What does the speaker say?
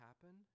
happen